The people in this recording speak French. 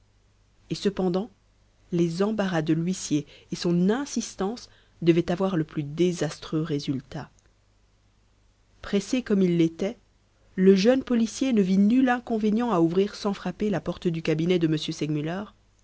et cependant les embarras de l'huissier et son insistance devaient avoir le plus désastreux résultat pressé comme il l'était le jeune policier ne vit nul inconvénient à ouvrir sans frapper la porte du cabinet de